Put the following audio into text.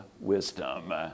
wisdom